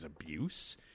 abuse